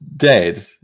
Dead